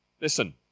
Listen